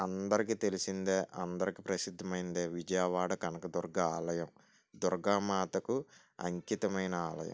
అందరికి తెలిసింది అందరికి ప్రసిద్ధమైనది విజయవాడ కనకదుర్గ ఆలయం దుర్గామాతకు అంకితమైన ఆలయం